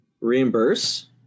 reimburse